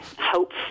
hope